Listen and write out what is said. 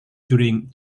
during